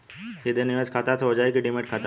निवेश सीधे खाता से होजाई कि डिमेट खाता से?